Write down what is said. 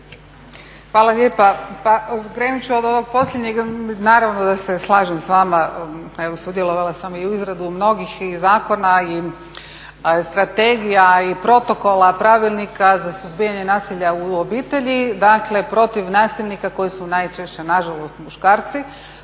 Hvala lijepa. Pa krenut ću od ovog posljednjeg. Naravno da se slažem s vama. Pa evo sudjelovala sam i u izradi mnogih i zakona, i strategija, i protokola, pravilnika za suzbijanje nasilja u obitelji dakle protiv nasilnika koji su najčešće nažalost muškarci,